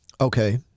Okay